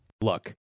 Look